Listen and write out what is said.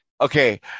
Okay